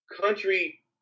Country